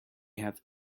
have